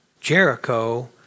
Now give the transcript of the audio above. Jericho